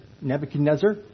Nebuchadnezzar